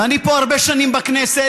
ואני פה הרבה שנים בכנסת,